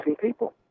people